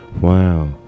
Wow